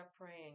praying